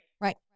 Right